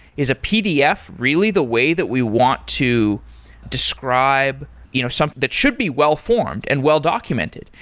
is a pdf really the way that we want to describe you know something that should be well-formed and well documented?